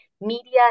media